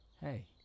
hey